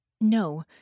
No